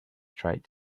tried